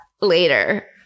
later